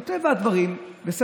מטבע הדברים, בסדר,